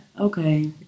Okay